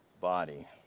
body